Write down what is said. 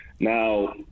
now